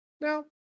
No